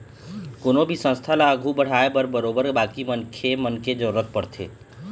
कोनो भी संस्था ल आघू बढ़ाय बर बरोबर बाकी मनखे मन के जरुरत पड़थे